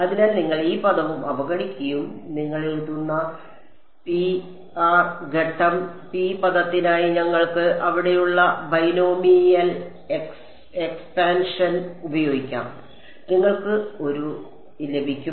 അതിനാൽ നിങ്ങൾ ഈ പദവും അവഗണിക്കുകയും നിങ്ങൾ എഴുതുന്ന ഘട്ടം പദത്തിനായി ഞങ്ങൾക്ക് ഇവിടെയുള്ള ബൈനോമിയൽ എക്സ്പാൻഷൻ ഉപയോഗിക്കാം നിങ്ങൾക്ക് ഒരു ലഭിക്കും